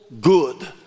good